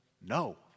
no